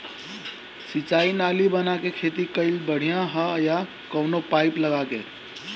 सिंचाई नाली बना के खेती कईल बढ़िया ह या कवनो पाइप लगा के?